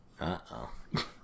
Uh-oh